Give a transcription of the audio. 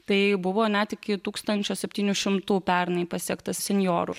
tai buvo net iki tūkstančio septynių šimtų pernai pasiektas senjorų